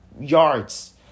yards